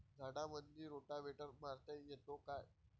झाडामंदी रोटावेटर मारता येतो काय?